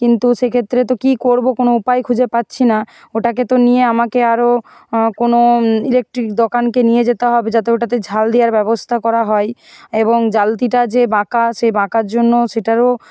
কিন্তু সেক্ষেত্রে তো কী করবো কোনো উপায় খুঁজে পাচ্ছি না ওটাকে তো নিয়ে আমাকে আরও কোনো ইলেকট্রিক দোকানকে নিয়ে যেতে হবে যাতে ওটাতে ঝাল দেওয়ার ব্যবস্থা করা হয় এবং জ্বালতিটা যে বাঁকা সেই বাঁকার জন্য সেটারও